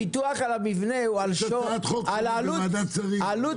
הביטוח על המבנה הוא על עלות הבנייה,